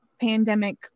pandemic